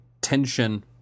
tension